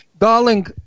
Darling